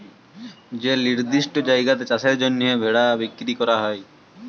যে লিরদিষ্ট জায়গাতে চাষের জ্যনহে ভেড়া বিক্কিরি ক্যরা হ্যয়